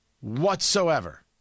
whatsoever